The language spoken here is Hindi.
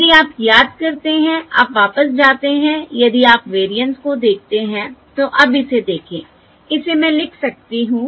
यदि आप याद करते हैं आप वापस जाते हैं यदि आप वेरिएंस को देखते हैं तो अब इसे देखें इसे मैं लिख सकती हूँ